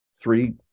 three